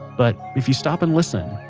but if you stop and listen,